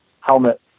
helmet